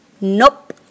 Nope